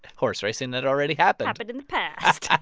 horse racing that already happened happened in the past what?